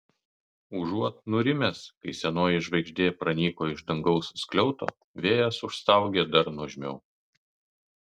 užuot nurimęs kai senoji žvaigždė pranyko iš dangaus skliauto vėjas užstaugė dar nuožmiau